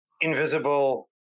invisible